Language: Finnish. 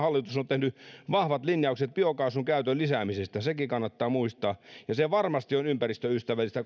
tehnyt vahvat linjaukset biokaasun käytön lisäämisestä sekin kannattaa muistaa kotimainen biokaasu varmasti on ympäristöystävällistä